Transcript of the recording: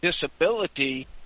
disability